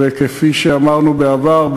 כפי שאמרנו בעבר,